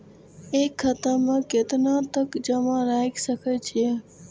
एक खाता में केतना तक जमा राईख सके छिए?